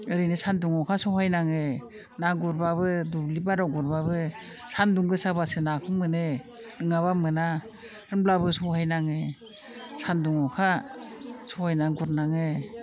ओरैनो सानदुं अखा सहायनाङो ना गुरब्लाबो दुब्लि बारियाव गुरब्लाबो सानदुं गोसाब्लासो नाखौ मोनो नङाब्ला मोना होनब्लाबो सहायनाङो सानदुं अखा सहायनानै गुरनाङो